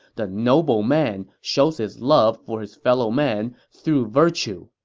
the noble man shows his love for his fellow man through virtue,